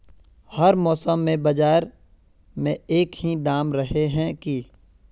हर मौसम में बाजार में एक ही दाम रहे है की?